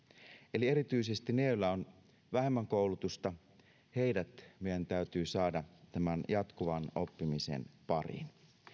eli erityisesti ne joilla on vähemmän koulutusta meidän täytyy saada tämän jatkuvan oppimisen pariin